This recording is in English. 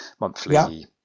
monthly